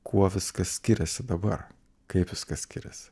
kuo viskas skiriasi dabar kaip viskas skiriasi